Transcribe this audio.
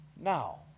now